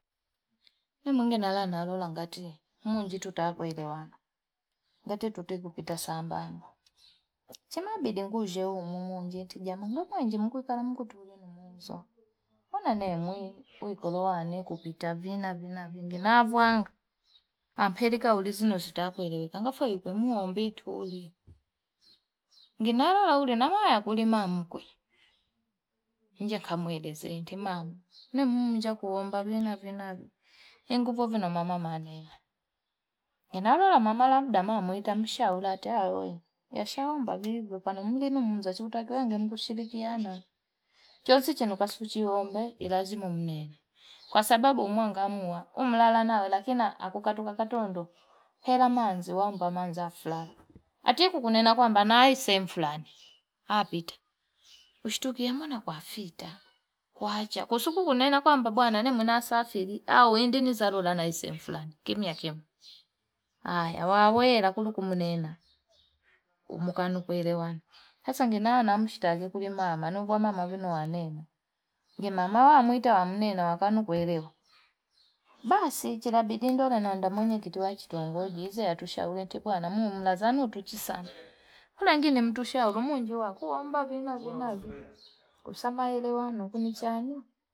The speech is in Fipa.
Inimwingi nalola ngatie munji takuelewana ngatitute kupita sambamba chemabidi ngushe umumunje ti jaman mukwenji mkulukala mtu kumwenzo mbona ne mwili i koloane kupita vina vina vingi na vuanga apelika ulizi nesi ta kuelewekangafue ku nuombi tuli nginalola uli nawaya kuli mamkwe nje kamwelezea ntimami nemuunja kuomba nwe navi navi inguvovi na mwama maneno inalola labda mama itamshauli, nashaomba vivo kwanimulilu mnjanji taki we shirikianicheusi chenukasiku chiome ni lazima mnene kwasabau mwangamua umlala nawe katoka katondo hela manzi wamba manza fulani atikunena kwamba nawai sehemu fulani apita ushtukie mwana kwa fitaa kwaacha kusu kunena kwamba bwananemu nasafiri au endeni zarora nai sehemu fulani kimya kimya aya wawela kulu kumunena umukwanu kuelewane asaa ngina mushtaki kulimama nunvuana mavino anene ngimamaaa amwita amnene akanu kuelewa basi chilabidi ndola nanda mwenyekiti wa chitongoji ize atushauri eti kwana mumm nazanu tichisani kuna wingine mutushani munji wakuomba vinavi navi kosa maelewano kunichani.